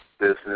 business